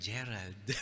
Gerald